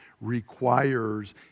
requires